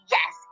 Yes